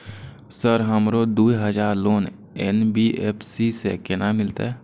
Sir हमरो दूय हजार लोन एन.बी.एफ.सी से केना मिलते?